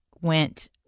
went